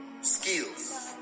skills